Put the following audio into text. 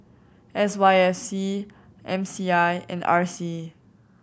S Y F C M C I and R C